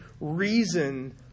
reason